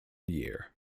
year